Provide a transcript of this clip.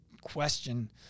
question